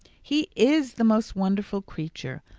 he is the most wonderful creature!